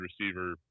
receiver